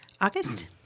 August